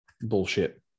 bullshit